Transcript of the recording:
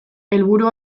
helburu